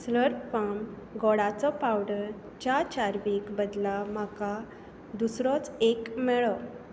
Slurrp Farm गोडाचो powder च्या चार्वीक बदला म्हाका दुसरोच एक मेळ्ळो